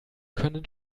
können